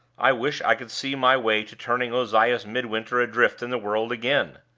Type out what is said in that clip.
i wish i could see my way to turning ozias midwinter adrift in the world again!